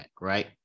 right